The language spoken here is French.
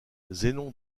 zénon